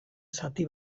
zati